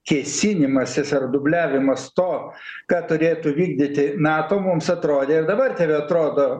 kėsinimasis ar dubliavimas to ką turėtų vykdyti nato mums atrodė ir dabar tebeatrodo